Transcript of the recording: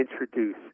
introduce